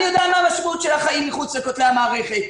אני יודע מה המשמעות של החיים מחוץ לכותלי המערכת.